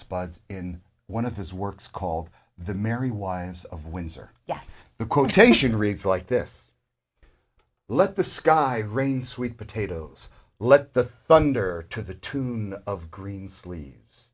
spots in one of his works called the merry wives of windsor yes the quotation reads like this let the sky rain sweet potatoes let the funder to the tune of greensleeves